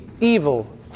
evil